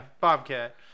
bobcat